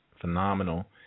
phenomenal